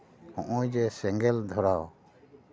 ᱱᱚᱜᱼᱚᱭ ᱡᱮ ᱥᱮᱸᱜᱮᱞ ᱫᱷᱚᱨᱟᱣ